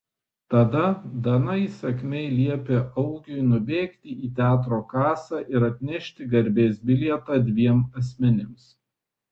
tada dana įsakmiai liepė augiui nubėgti į teatro kasą ir atnešti garbės bilietą dviem asmenims